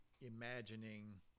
Imagining